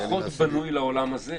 הוא פחות בנוי לעולם הזה,